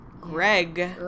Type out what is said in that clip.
Greg